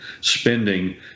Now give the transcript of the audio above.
spending